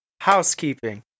Housekeeping